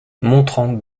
montrant